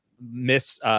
miss